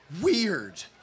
weird